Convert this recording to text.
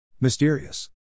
Mysterious